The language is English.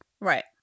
Right